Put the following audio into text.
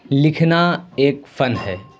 لکھنا ایک فن ہے